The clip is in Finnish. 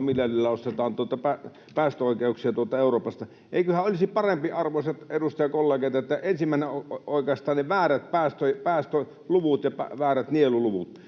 miljardilla ostetaan päästöoikeuksia tuolta Euroopasta. Eiköhän olisi parempi, arvoisat edustajakollegat, että ensimmäisenä oikaistaan väärät päästöluvut ja väärät nieluluvut?